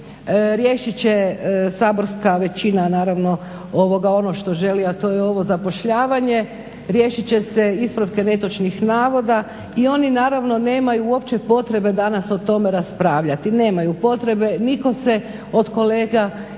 riješit će saborska većina naravno ono što želi, a to je ovo zapošljavanje. Riješit će se ispravke netočnih navoda i oni naravno nemaju uopće potrebe danas o tome raspravljati. Nemaju potrebe, nitko se od kolega iz